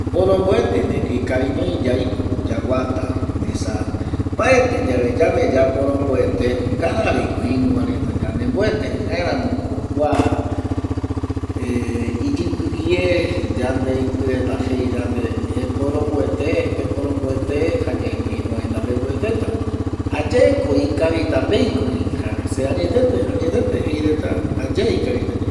Mboromboete ndie ko ikavi ñoi yaiko yaguata esa mbaeti ye yande yaporomboete mbaetivi kia yandeporomboete, jaeramoko kua iyipiüe yaporomboetata jaye ikavita yaiko